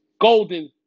golden